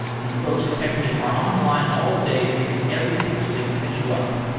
the folks at techmeme are online all day reading everything so they can catch you up.